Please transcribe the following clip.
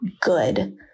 good